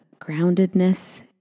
groundedness